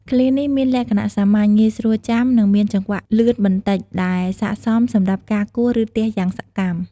ឃ្លានេះមានលក្ខណៈសាមញ្ញ ងាយស្រួលចាំ និងមានចង្វាក់លឿនបន្តិច ដែលស័ក្តិសមសម្រាប់ការគោះ ឬទះយ៉ាងសកម្ម។